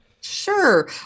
Sure